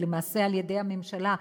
ולמעשה על-ידי הממשלה.